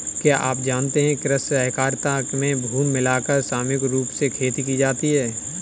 क्या आप जानते है कृषि सहकारिता में भूमि मिलाकर सामूहिक रूप से खेती की जाती है?